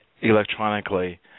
electronically